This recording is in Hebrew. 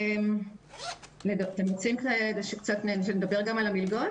אתם רוצים שנדבר קצת על המלגות?